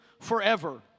forever